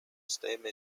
systeme